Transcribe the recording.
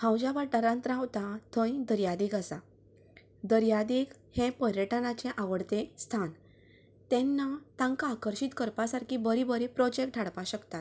हांव ज्या वाठारांत रावता थंय दर्यादेग आसा दर्यादेग हें पर्यटनाचें आवडटें स्थान तेन्ना तांकां आकर्शीत करपा सारकी बरें बरें प्रोजेक्ट हाडपाक शकतात